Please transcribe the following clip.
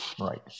Right